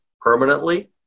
permanently